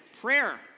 Prayer